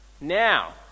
now